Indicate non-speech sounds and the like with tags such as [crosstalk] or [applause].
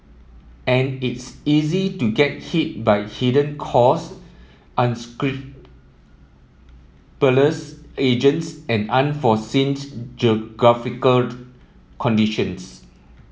and it's easy to get hit by hidden cost [unintelligible] agents and unforeseen geographical [unintelligible] conditions